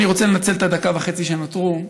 אני רוצה לנצל את הדקה וחצי שנותרו,